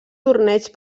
torneig